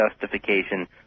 justification